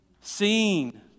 seen